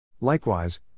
Likewise